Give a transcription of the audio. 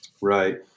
Right